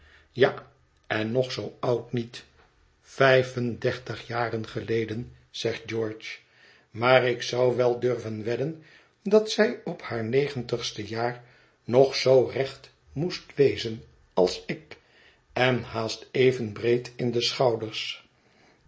ja en nog zoo oud niet vijf en dertig jaren geleden zegt george maar ik zou wel durven wedden dat zij op haar negentigste jaar nog zoo recht moest wezen als ik en haast even breed in de schouders